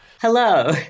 Hello